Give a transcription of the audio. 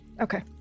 Okay